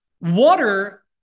Water